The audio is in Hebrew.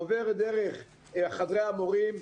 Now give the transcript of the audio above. עובר דרך חדרי המורים,